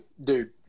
Dude